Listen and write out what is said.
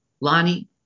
Lonnie